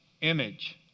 image